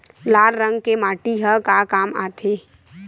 लाल रंग के माटी ह का काम आथे?